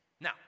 Now